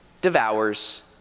devours